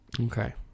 Okay